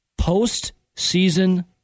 postseason